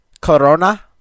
Corona